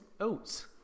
oats